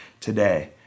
today